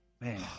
Man